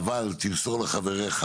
אבל זה רגולציה,